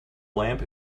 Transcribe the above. lamp